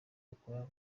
ukora